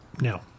No